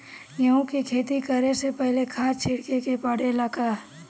गेहू के खेती करे से पहिले खाद छिटे के परेला का?